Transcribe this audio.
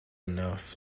enough